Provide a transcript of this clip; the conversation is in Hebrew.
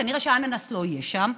כנראה האננס לא יהיה שם,